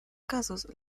casos